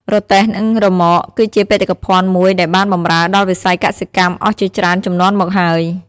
រទេះនឹងរ៉ឺម៉ក គឺជាបេតិកភណ្ឌមួយដែលបានបម្រើដល់វិស័យកសិកម្មអស់ជាច្រើនជំនាន់មកហើយ។